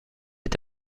est